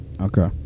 Okay